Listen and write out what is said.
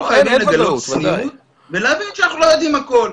אנחנו חייבים לגלות צניעות ולהבין שאנחנו לא יודעים הכול.